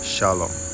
Shalom